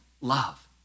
love